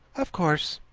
of course.